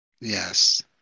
Yes